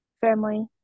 family